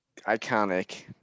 iconic